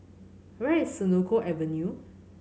where is Senoko Avenue